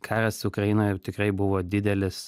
karas ukrainoj ir tikrai buvo didelis